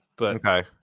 Okay